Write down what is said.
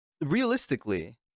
realistically